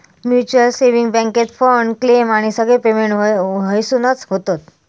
mutual saving बॅन्केत fund, claim आणि सगळे पेमेंट हयसूनच होतत